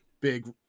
big